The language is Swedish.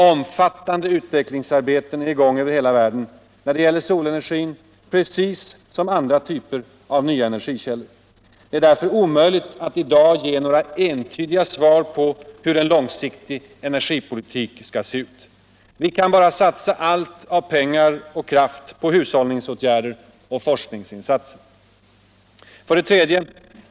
Omfattande utvecklingsarbeten är i gång över hela världen när det gäller solenergin precis som andra typer av nya energikällor. Det är därför omöjligt att i dag ge några entydiga svar på hur en långsiktig energipolitik skall se ut. Vi kan bara satsa allt av pengar och kraft på hushållningsåtgärder och forskningsinsatser. 3.